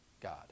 God